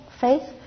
faith